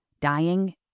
dying